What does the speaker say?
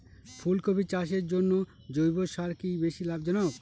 ফুলকপি চাষের জন্য জৈব সার কি বেশী লাভজনক?